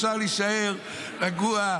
אפשר להישאר רגוע,